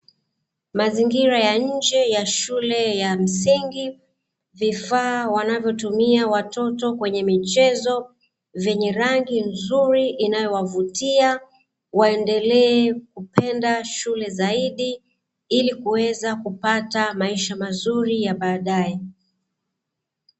Mazingira ya nje ya shule ya msingi, vifaa wanavyotumia watoto kwenye michezo vyenye rangi nzuri inayowavutia waendelee kupenda shule zaidi, ili kuweza kupata maisha mazuri ya baadaye.